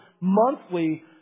monthly